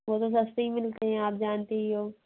वो तो सस्ते ही मिलते हैं आप जानते ही हो